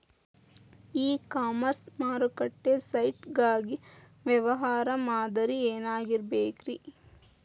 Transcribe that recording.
E commerce ಮಾರುಕಟ್ಟೆ site ಗಾಗಿ ವ್ಯವಹಾರ ಮಾದರಿ ಏನಾಗಿರಬೇಕ್ರಿ?